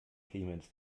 clemens